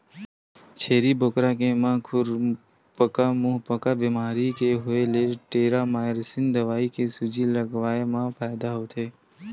छेरी बोकरा के म खुरपका मुंहपका बेमारी के होय ले टेरामारसिन दवई के सूजी लगवाए मा फायदा होथे